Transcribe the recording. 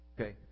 Okay